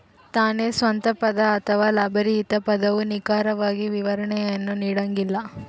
ತಾನೇ ಸ್ವಂತ ಪದ ಅಥವಾ ಲಾಭರಹಿತ ಪದವು ನಿಖರವಾದ ವಿವರಣೆಯನ್ನು ನೀಡಂಗಿಲ್ಲ